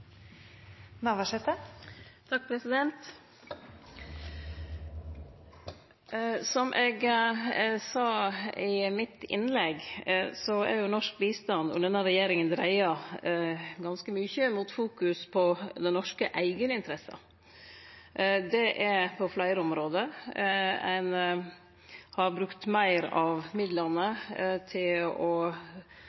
Som eg sa i innlegget mitt, har norsk bistand under denne regjeringa dreidd ganske mykje mot å fokusere på norske eigeninteresser – på fleire område. Ein har brukt meir av midlane